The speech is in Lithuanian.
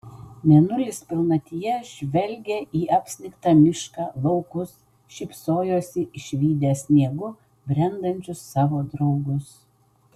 mėnulis pilnatyje žvelgė į apsnigtą mišką laukus šypsojosi išvydęs sniegu brendančius savo draugus